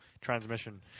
transmission